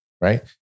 right